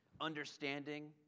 understanding